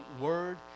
word